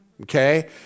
Okay